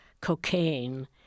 cocaine